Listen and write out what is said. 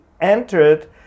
entered